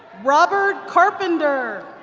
robert carpenter.